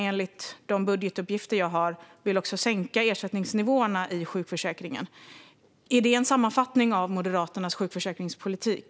Enligt de budgetuppgifter jag har vill Moderaterna också sänka ersättningsnivåerna i sjukförsäkringen. Är det en sammanfattning av Moderaternas sjukförsäkringspolitik?